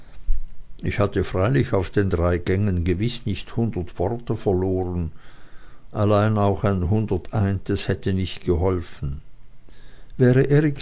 ich hatte freilich auf den drei gängen gewiß nicht hundert worte verloren allein auch ein hundertundeintes hätte nicht geholfen wäre